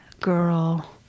girl